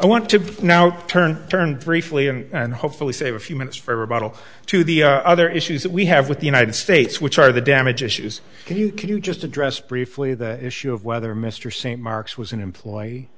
i want to now turn turn briefly and hopefully save a few minutes for rebuttal to the other issues that we have with the united states which are the damage issues can you can you just address briefly the issue of whether mr st mark's was an employee